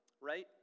right